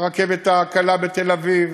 הרכבת הקלה בתל-אביב,